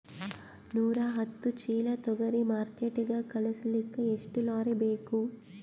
ನೂರಾಹತ್ತ ಚೀಲಾ ತೊಗರಿ ಮಾರ್ಕಿಟಿಗ ಕಳಸಲಿಕ್ಕಿ ಎಷ್ಟ ಲಾರಿ ಬೇಕು?